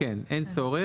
כן, אין צורך.